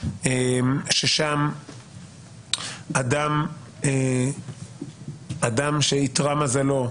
ששם אדם שאיתרע מזלו,